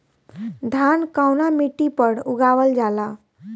धान कवना मिट्टी पर उगावल जाला?